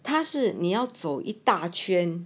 他是你要走一大圈